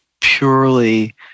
purely